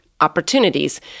opportunities